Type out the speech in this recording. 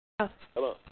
Hello